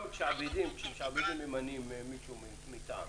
גם כשמשעבדים --- מישהו מטעם.